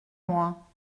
moi